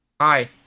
hi